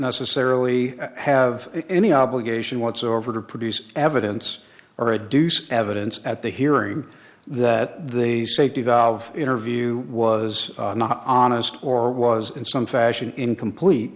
necessarily have any obligation whatsoever to produce evidence or a deuce evidence at the hearing that the safety valve interview was not honest or was in some fashion